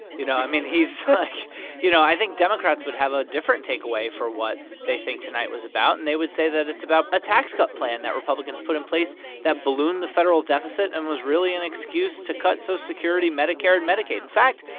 you know, i mean he's, like you know, i think democrats would have a different takeaway for what they think tonight was about. and they would say that it's about a tax cut plan that republicans put in place that ballooned the federal deficit and was really an excuse to cut social so security, medicare and medicaid. in fact,